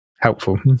helpful